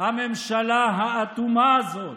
הממשלה האטומה הזאת.